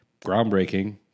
groundbreaking